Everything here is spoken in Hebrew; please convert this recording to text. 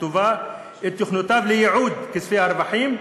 וטובה את תוכניותיו לייעוד כספי הרווחים,